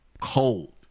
cold